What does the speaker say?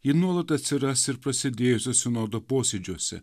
ji nuolat atsiras ir pasidėjusiuos sinodo posėdžiuose